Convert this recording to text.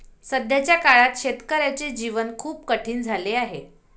सध्याच्या काळात शेतकऱ्याचे जीवन खूप कठीण झाले आहे